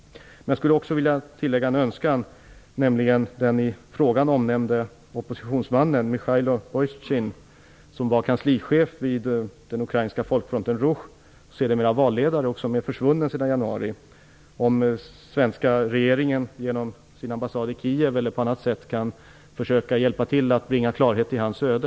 Jag skulle också vilja tillägga en önskan. Den i frågan omnämnde oppositionsmannen, Mykhajlo Bojtjysin, var kanslichef vid den ukrainska folkfronten Ruhh och sedermera valledare. Han är försvunnen sedan januari. Kan den svenska regeringen genom sin ambassad i Kiev eller på annat sätt försöka hjälpa till att bringa klarhet i hans öde?